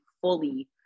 fully